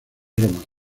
roma